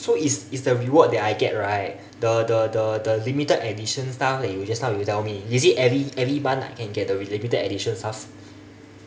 so is is the reward that I get right the the the the limited edition stuff that you just now you tell me is it every every month I can get the limited edition stuff